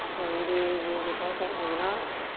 maybe you use your blanket. maybe not.